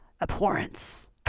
Abhorrence